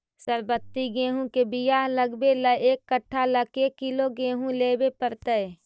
सरबति गेहूँ के बियाह लगबे ल एक कट्ठा ल के किलोग्राम गेहूं लेबे पड़तै?